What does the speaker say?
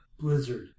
Blizzard